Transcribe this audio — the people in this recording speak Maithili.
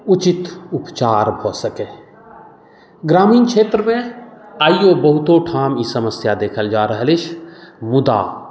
उचित उपचार भऽ सकै ग्रामीण क्षेत्रमे आइयो बहुतो ठाम ई समस्या देखल जा रहल अछि मुदा